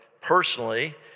personally